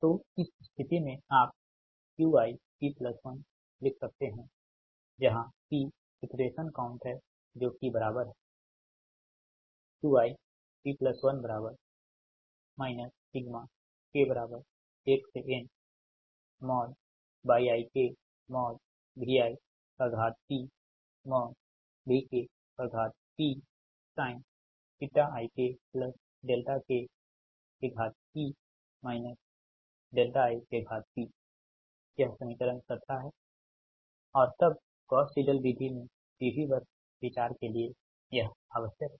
तो इस स्थिति में आप Qip1 लिख सकते हैं जहाँ P इटरेशन काउंट है जो कि बराबर है Qip1 k 1nYikVipVkpsinikkp ip यह समीकरण 17 है और तब गॉस सिडल विधि में PV बस विचार के लिए यह आवश्यक है